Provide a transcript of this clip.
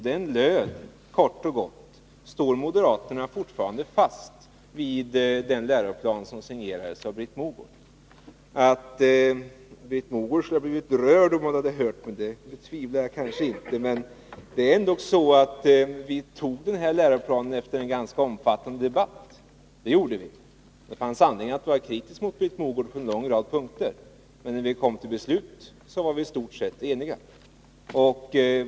Den löd kort och gott: Står moderaterna fortfarande fast vid den läroplan som signerades av Britt Mogård? Att Britt Mogård skulle ha blivit rörd onr hon hört mig betvivlar jag kanske inte. Men det är dock så att vi antog den här läroplanen efter en ganska omfattande debatt. Det fanns anledning att vara kritisk mot Britt Mogård på en lång rad punkter, men när vi kom till beslut var vi i stort sett eniga.